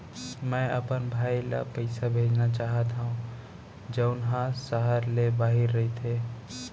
मै अपन भाई ला पइसा भेजना चाहत हव जऊन हा सहर ले बाहिर रहीथे